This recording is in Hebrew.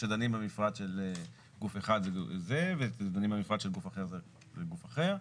כשדנים במפרט של גוף אחד זה ודנים במפרט של גוף אחר זה גוף אחר.